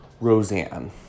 Roseanne